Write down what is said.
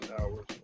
hours